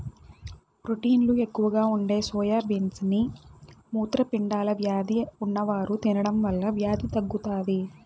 ప్రోటీన్లు ఎక్కువగా ఉండే సోయా బీన్స్ ని మూత్రపిండాల వ్యాధి ఉన్నవారు తినడం వల్ల వ్యాధి తగ్గుతాది